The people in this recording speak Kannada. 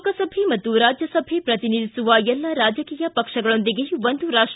ಲೋಕಸಭೆ ಮತ್ತು ರಾಜ್ಯಸಭೆ ಪ್ರತಿನಿಧಿಸುವ ಎಲ್ಲ ರಾಜಕೀಯ ಪಕ್ಷಗಳೊಂದಿಗೆ ಒಂದು ರಾಷ್ಟ